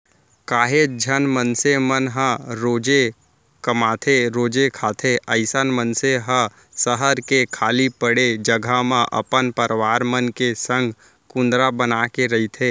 काहेच झन मनसे मन ह रोजे कमाथेरोजे खाथे अइसन मनसे ह सहर के खाली पड़े जघा म अपन परवार मन के संग कुंदरा बनाके रहिथे